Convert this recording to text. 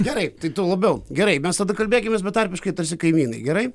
gerai tai tuo labiau gerai mes tada kalbėkimės betarpiškai tarsi kaimynai gerai